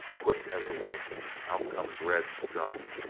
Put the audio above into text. quick as a wink out comes red's gun.